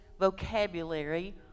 vocabulary